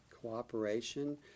Cooperation